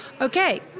Okay